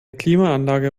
klimaanlage